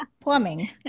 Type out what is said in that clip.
plumbing